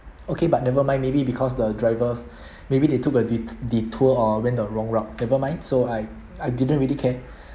okay but never mind maybe because the drivers maybe they took a detour or went the wrong route never mind so I I didn't really care